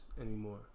anymore